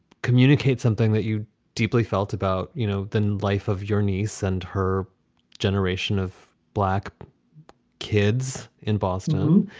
communicates something that you deeply felt about, you know, the life of your niece and her generation of black kids in boston.